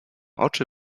oczy